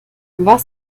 was